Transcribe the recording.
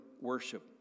worship